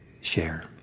share